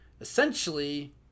essentially